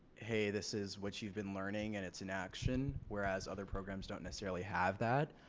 hey this is what you've been learning and it's in action. whereas other programs don't necessarily have that.